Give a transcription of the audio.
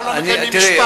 אנחנו לא מקיימים משפט.